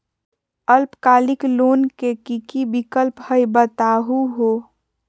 अल्पकालिक लोन के कि कि विक्लप हई बताहु हो?